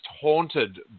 haunted